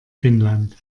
finnland